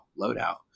loadout